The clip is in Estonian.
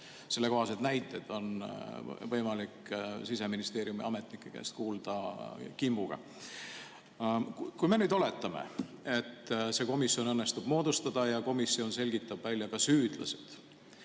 Sellekohaseid näiteid on võimalik Siseministeeriumi ametnike käest kuulda kimbuga. Kui me nüüd oletame, et see komisjon õnnestub moodustada ja komisjon selgitab välja ka süüdlased,